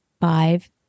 five